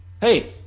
Hey